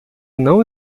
não